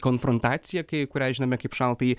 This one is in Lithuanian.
konfrontacija kai kurią žinome kaip šaltąjį